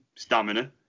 stamina